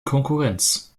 konkurrenz